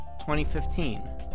2015